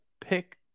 pick